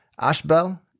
Ashbel